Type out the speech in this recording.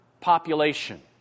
population